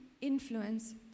influence